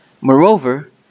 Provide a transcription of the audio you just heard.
Moreover